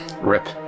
rip